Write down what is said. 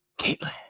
Caitlin